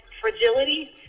Fragility